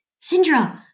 Sindra